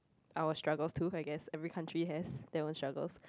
Our struggles too I guess every country has their own struggles